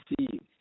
see